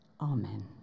Amen